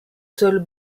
sols